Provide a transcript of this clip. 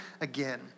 again